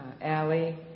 Allie